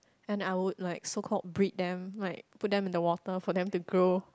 and I would like so called breed them like put them in water for them to grow